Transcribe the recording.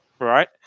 right